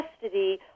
custody